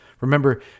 Remember